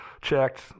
checked